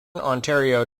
ontario